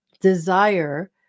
desire